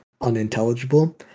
unintelligible